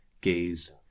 gaze